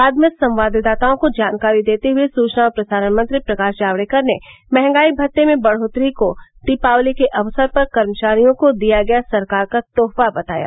बाद में संवाददाताओं को जानकारी देते हुए सूचना और प्रसारण मंत्री प्रकाश जावड़ेकर ने महंगाई भत्ते में बढ़ोतरी को दीपावली के अवसर पर कर्मचारियों को दिया गया सरकार का तोहफा बताया